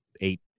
eight